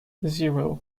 zero